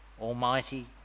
almighty